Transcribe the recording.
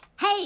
Hey